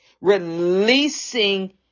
releasing